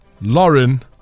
Lauren